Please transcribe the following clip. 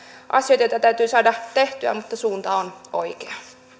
asioita joita täytyy saada tehtyä mutta suunta on oikea